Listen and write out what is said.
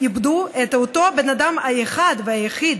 איבדו את האדם האחד והיחיד